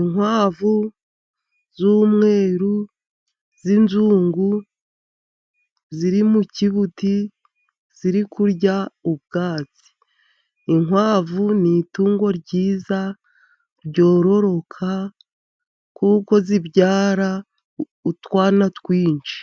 Inkwavu z'umweru z'inzungu ziri mu kibuti, ziri kurya ubwatsi, inkwavu ni itungo ryiza, ryororoka, kuko zibyara utwana twinshi.